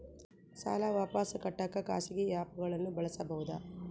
ಸಾಲ ವಾಪಸ್ ಕಟ್ಟಕ ಖಾಸಗಿ ಆ್ಯಪ್ ಗಳನ್ನ ಬಳಸಬಹದಾ?